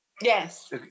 yes